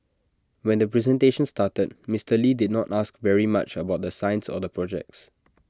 when the presentation started Mister lee did not ask very much about the science or the projects